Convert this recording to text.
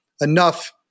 enough